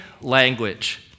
language